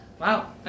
wow